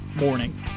morning